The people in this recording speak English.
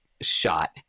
shot